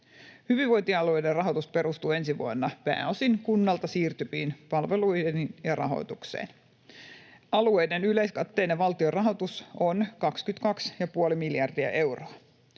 Hyvinvointialueiden rahoitus perustuu ensi vuonna pääosin kunnalta siirtyviin palveluihin ja niiden rahoitukseen. Alueiden yleiskatteinen valtion rahoitus on 22,5 miljardia euroa.